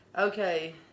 Okay